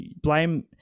blame